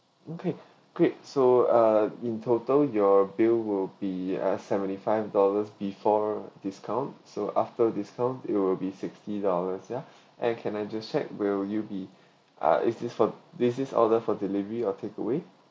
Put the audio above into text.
okay great so uh in total your bill will be uh seventy five dollars before discount so after discount it will be sixty dollars ya and can I just check will you be ah is this for this is order for delivery or takeaway